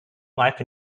life